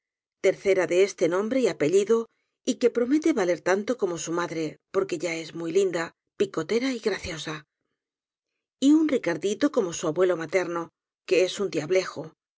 tercera de este nombre y apellido y que promete valer tanto como su madre porque ya es muy linda picotera y graciosa y un ricardito como su abuelo materno que es un diablejo